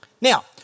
Now